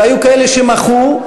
והיו כאלה שמחו.